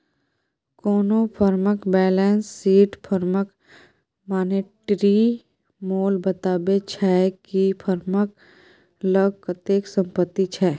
कोनो फर्मक balance sheet फर्मक मानेटिरी मोल बताबै छै कि फर्मक लग कतेक संपत्ति छै